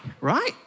right